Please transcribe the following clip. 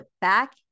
back